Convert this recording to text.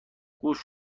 گوش